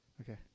okay